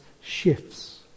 shifts